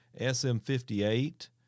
SM58